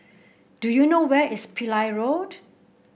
do you know where is Pillai Road